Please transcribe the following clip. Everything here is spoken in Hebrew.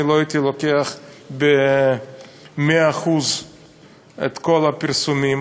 אני לא הייתי לוקח במאה אחוז את כל הפרסומים,